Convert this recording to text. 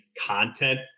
content